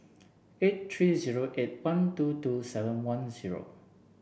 eight three zero eight one two two seven one zero